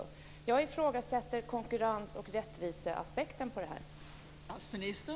Jag ifrågasätter konkurrens och rättviseaspekten här.